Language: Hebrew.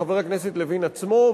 חבר הכנסת לוין עצמו,